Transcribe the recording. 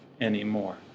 anymore